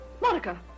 Monica